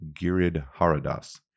Giridharadas